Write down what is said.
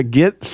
get